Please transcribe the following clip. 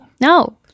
No